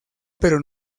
pero